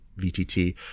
VTT